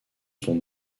sont